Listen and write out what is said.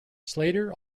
slater